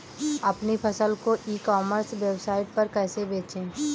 अपनी फसल को ई कॉमर्स वेबसाइट पर कैसे बेचें?